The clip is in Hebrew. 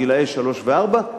גילאי שלוש וארבע,